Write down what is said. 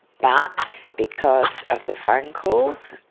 but because of the phone calls,